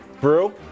Brew